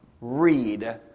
read